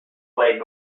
played